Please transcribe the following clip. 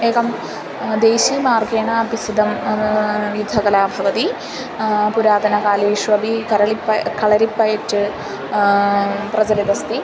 एकं देशीयमार्गेण अपि सिद्धा युद्धकला भवति पुरातनकालेष्वपि करळिप्प कळरिपयच् प्रचलित् अस्ति